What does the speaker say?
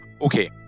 Okay